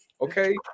okay